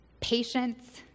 patience